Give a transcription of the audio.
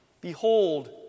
Behold